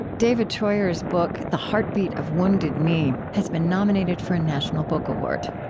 david treuer's book the heartbeat of wounded knee has been nominated for a national book award.